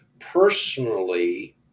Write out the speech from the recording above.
personally